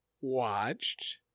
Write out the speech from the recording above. watched